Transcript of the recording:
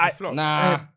Nah